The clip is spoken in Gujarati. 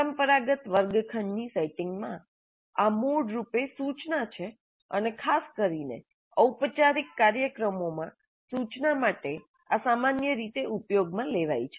પરંપરાગત વર્ગખંડની સેટિંગમાં આ મૂળ રૂપે સૂચના છે અને ખાસ કરીને ઔપચારિક કાર્યક્રમોમાં સૂચના માટે આ સામાન્ય રીતે ઉપયોગમાં લેવાય છે